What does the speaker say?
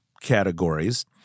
categories